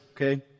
Okay